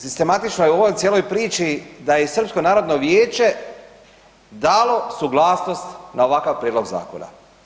Sistematično je u ovij cijeloj priči da je Srpsko narodno vijeće dali suglasnost na ovakav prijedlog zakona.